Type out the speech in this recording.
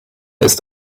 ist